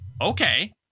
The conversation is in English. okay